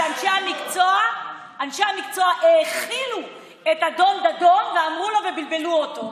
שאנשי המקצוע האכילו את אדון דדון ואמרו לו ובלבלו אותו.